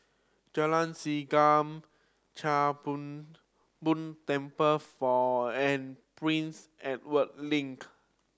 Jalan Segam Chia Hung Boo Temple for and Prince Edward Link